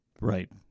Right